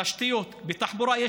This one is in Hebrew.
תשתיות בתחבורה.